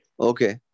Okay